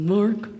Mark